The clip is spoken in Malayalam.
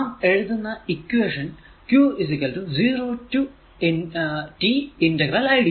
നാം എഴുതുന്ന ഇക്വേഷൻ q 0 റ്റു idt